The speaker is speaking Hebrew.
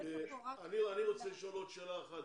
לפני הסיכום אני רוצה לשאול עוד שאלה אחת.